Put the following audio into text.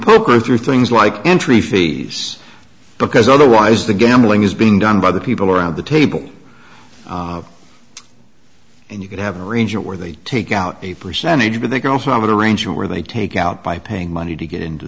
poker through things like entry fees because otherwise the gambling is being done by the people around the table and you could have a ranger where they take out a percentage but they can also have a range where they take out by paying money to get into